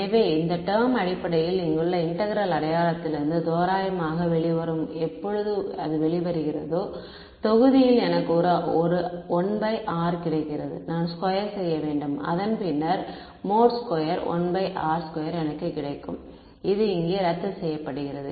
எனவே இந்த டெர்ம் அடிப்படையில் இங்குள்ள இன்டெக்ரேல் அடையாளத்திலிருந்து தோராயமாக வெளிவரும் எப்பொழுது அது வெளிவருகிறதோ தொகுதியில் எனக்கு ஒரு 1r கிடைக்கிறது நான் ஸ்கொயர் செய்ய வேண்டும் அதன் பின்னர் மோட் ஸ்கொயர் 1R2 எனக்கு கிடைக்கும் இது இங்கே ரத்து செய்யப்படுகிறது